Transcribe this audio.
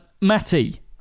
Matty